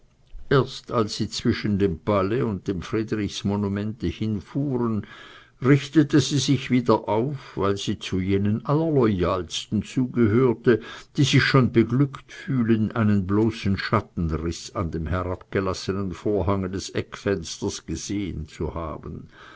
erst als sie zwischen dem palais und dem friedrichsmonumente hinfuhren richtete sie sich wieder auf weil sie jenen allerloyalsten zugehörte die sich schon beglückt fühlen einen bloßen schattenriß an dem herabgelassenen vorhange des eckfensters gesehn zu haben